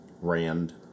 Rand